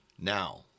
Now